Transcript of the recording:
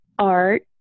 art